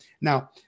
Now